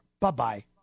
Bye-bye